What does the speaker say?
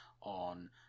on